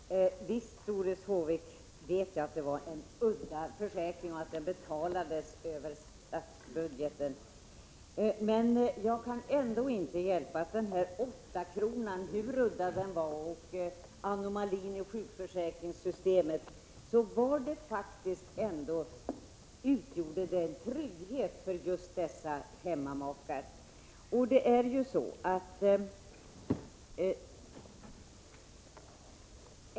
Herr talman! Visst, Doris Håvik, vet jag att det var en udda försäkring som betalades över statsbudgeten, men jag kan ändå inte hjälpa att de 8 kronorna, hur udda ersättningen än var och vilken anomali den än utgjorde i sjukförsäkringssystemet, ändå var en trygghet för hemmamakar.